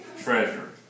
treasure